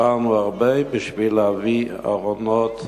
שחררנו הרבה בשביל להביא ארונות.